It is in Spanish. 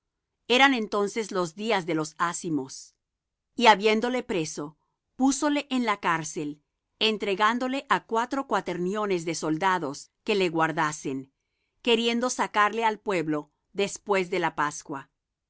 eran entonces los días de los ázimos y habiéndole preso púsole en la cárcel entregándole á cuatro cuaterniones de soldados que le guardasen queriendo sacarle al pueblo después de la pascua así